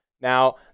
Now